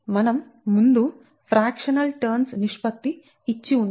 మనం ముందు fractional turns నిష్పత్తి ఇచ్చి ఉన్నాం